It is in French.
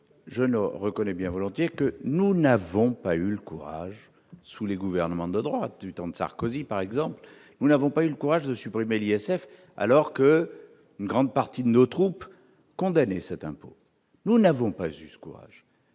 Je reconnais bien que nous n'avons pas eu le courage, sous les gouvernements de droite, du temps de Sarkozy, par exemple, de supprimer l'ISF, alors qu'une grande partie de nos troupes condamnait cet impôt. Nous n'avons pas eu ce courage,